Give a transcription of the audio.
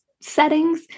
settings